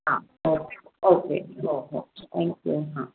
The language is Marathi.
हां ओ ओके हो हो थँक्यू हां